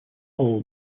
all